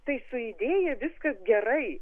tai su idėja viskas gerai